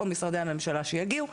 או משרדי הממשלה שיגיעו,